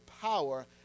power